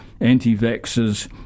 Anti-vaxxers